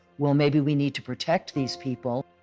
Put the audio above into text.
well, maybe we need to protect these people.